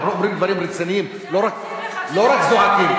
אנחנו אומרים דברים רציניים, לא רק זועקים.